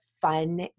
fun